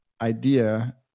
idea